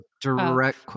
direct